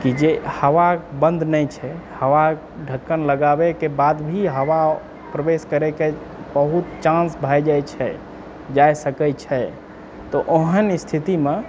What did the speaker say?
कि जे हवा बन्द नहि छै हवा ढ़क्कन लगाबैके बाद भी हवा प्रवेश करैके बहुत चान्स भए जाइ छै जाय सकै छै तऽओहन स्थितिमे